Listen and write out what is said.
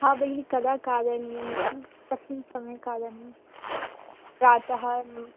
हा भगिनी कदा खादनीयमिति कस्मिन् समये खादनीयं प्रातः